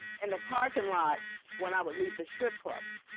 in the parking lot when i would leave the strip clubs.